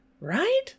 right